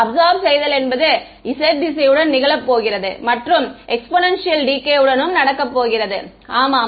absorb செய்தல் என்பது z திசை உடன் நிகழ போகிறது மற்றும் எக்ஸ்போனன்சியல் டிகே உடனும் நடக்கப்போகிறது ஆம்